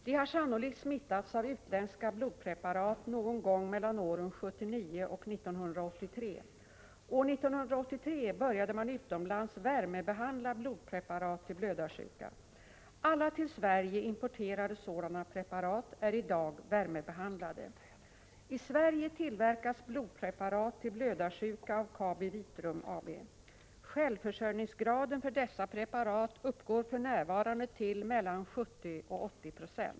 De har sannolikt smittats av utländska blodpreparat någon gång mellan åren 1979 och 1983. År 1983 började man utomlands värmebehandla blodpreparat till blödarsjuka. Alla till Sverige importerade sådana preparat är i dag värmebehandlade. I Sverige tillverkas blodpreparat till blödarsjuka av KabiVitrum AB. Självförsörjningsgraden för dessa preparat uppgår för närvarande till mellan 70 och 80 Jo.